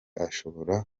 ashobora